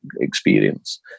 experience